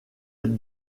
êtes